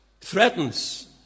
threatens